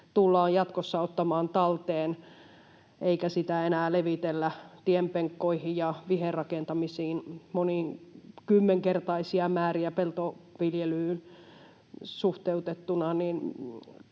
tullaan jatkossa ottamaan talteen eikä sitä enää levitellä tienpenkkoihin ja viherrakentamisiin monikymmenkertaisia määriä peltoviljelyyn suhteutettuna,